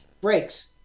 breaks